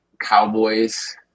Cowboys